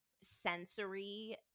sensory